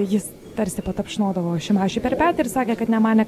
jis tarsi patapšnodavo šimašiui per petį ir sakė kad nemanė